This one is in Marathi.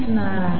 असणार आहे